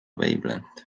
wavelength